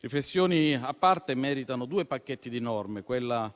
Riflessioni a parte meritano due pacchetti di norme: quelle